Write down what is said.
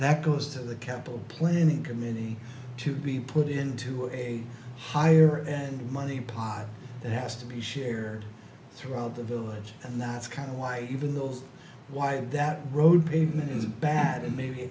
cost goes to the capital planning committee to be put into a higher end money pot that has to be shared throughout the village and that's kind of why even those why that road pavement is bad and maybe